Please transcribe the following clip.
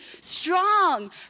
strong